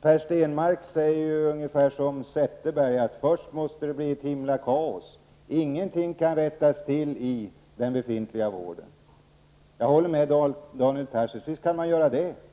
Per Stenmarck säger ungefär som Zetterberg att först måste det bli ett himla kaos. Det finns ingenting i den befintliga vården som kan rättas till. Jag håller med Daniel Tarschys om att det visst kan finnas sådant som kan rättas till.